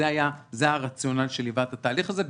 זה הרציונל שליווה את התהליך הזה.